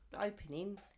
opening